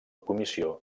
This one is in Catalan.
comissió